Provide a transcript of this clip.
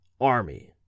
Army